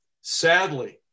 Sadly